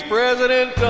President